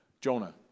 Jonah